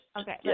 Okay